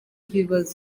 ibibazo